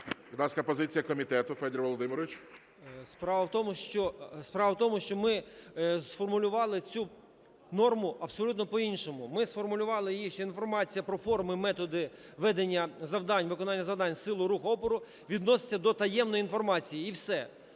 ласка, позиція комітету, Федір Володимирович. 13:10:22 ВЕНІСЛАВСЬКИЙ Ф.В. Справа в тому, що ми сформулювали цю норму абсолютно по-іншому. Ми сформулювали її, що інформація про форми, методи ведення завдань, виконання завдань сил руху опору відноситься до таємної інформації і все.